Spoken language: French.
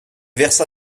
versa